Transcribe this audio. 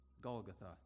Golgotha